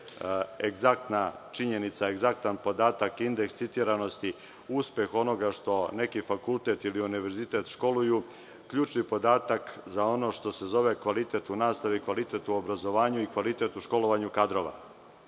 egzaktna činjenica, egzaktan podatak, indeks citiranosti uspeh onoga što neki fakultet ili univerzitet školuju, ključni podatak za ono što se zove kvalitet u nastavi i kvalitet u obrazovanju i kvalitetu u školovanju kadrova